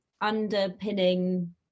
underpinning